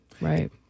Right